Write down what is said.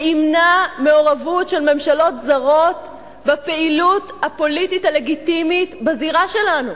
שימנע מעורבות של ממשלות זרות בפעילות הפוליטית הלגיטימית בזירה שלנו.